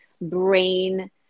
brain-